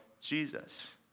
Jesus